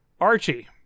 Archie